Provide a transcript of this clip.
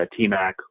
TMAC